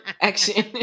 action